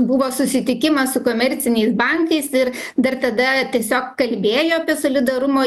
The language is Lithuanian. buvo susitikimas su komerciniais bankais ir dar tada tiesiog kalbėjo apie solidarumo